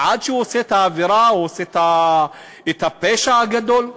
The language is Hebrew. עד שהוא עושה את העבירה או עושה את הפשע הגדול?